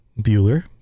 Bueller